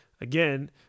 again